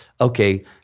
okay